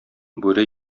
бүре